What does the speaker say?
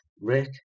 Rick